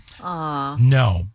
No